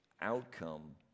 outcome